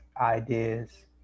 ideas